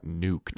nuked